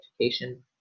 education